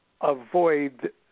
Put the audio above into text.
avoid